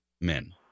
men